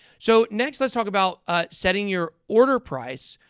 so, next, let's talk about ah setting your order price,